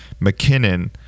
mckinnon